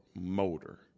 motor